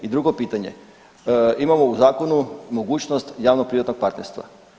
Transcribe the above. I drugo pitanje, imamo u zakonu mogućnost javnoprivatnog partnerstva.